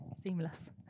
Seamless